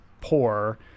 poor